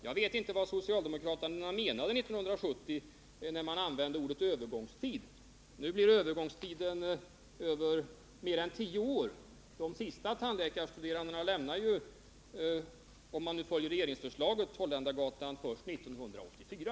Jag vet inte vad socialdemokraterna menade 1970, när de talade om en övergångstid. Nu blir denna mer än tio år. Om vi antar regeringsförslaget lämnar de sista tandläkarstuderandena Holländargatan först 1984.